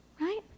right